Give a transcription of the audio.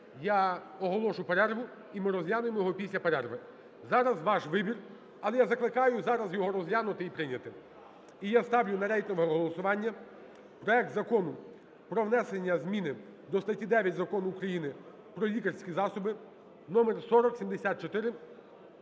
я оголошу перерву, і ми розглянемо його після перерви. Зараз ваш вибір. Але я закликаю зараз його розглянути і прийняти. І я ставлю на рейтингове голосування проект Закону про внесення зміни до статті 9 Закону України "Про лікарські засоби" (№4074)